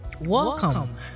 Welcome